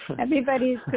Everybody's